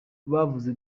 bavuze